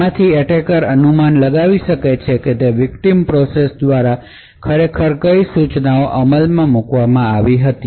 આમાંથી એટેકર અનુમાન લગાવી શકે છે કે વિક્તિમ પ્રોસેસ દ્વારા ખરેખર કઈ સૂચનાઓ અમલમાં મૂકવામાં આવી હતી